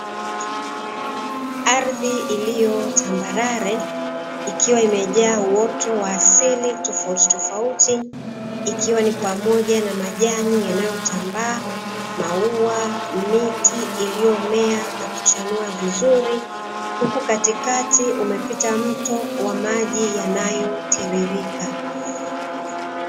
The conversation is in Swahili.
Ardhi iliyo tambarare ikiwa imejaa uoto wa asili, tofauti tofauti ikiwa ni pamoja na majani, yanayotambaa maua miti iliyomea na kuchanua vizuri huku katikati umepita mto wa maji yanayotiririka.